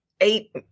eight –